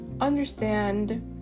understand